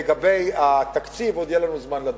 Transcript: לגבי התקציב, עוד יהיה לנו זמן לדון.